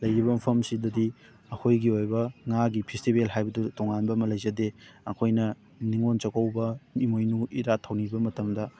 ꯂꯩꯔꯤꯕ ꯃꯐꯝꯁꯤꯗꯗꯤ ꯑꯩꯈꯣꯏꯒꯤ ꯑꯣꯏꯕ ꯉꯥꯒꯤ ꯐꯦꯁꯇꯤꯚꯦꯜ ꯍꯥꯏꯕꯗꯨ ꯇꯣꯉꯥꯟꯕ ꯑꯃ ꯂꯩꯖꯗꯦ ꯑꯩꯈꯣꯏꯅ ꯅꯤꯉꯣꯜ ꯆꯥꯛꯀꯧꯕ ꯏꯃꯣꯏꯅꯨ ꯏꯔꯥꯠ ꯊꯧꯅꯤꯕ ꯃꯇꯝꯗ